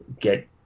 get